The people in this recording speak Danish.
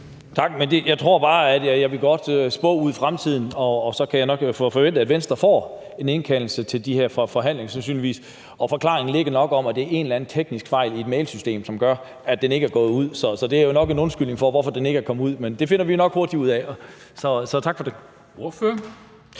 Lars Boje Mathiesen (NB): Jeg vil godt spå om fremtiden, nemlig at vi nok kan forvente, at Venstre får en indkaldelse til de her forhandlinger. Forklaringen er nok, at det er en eller anden teknisk fejl i et mailsystem, som har gjort, at den ikke er nået ud. Det er jo nok undskyldningen for, hvorfor den ikke er kommet ud. Men det finder vi nok hurtigt ud af. Så tak for det.